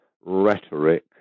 rhetoric